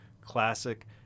Classic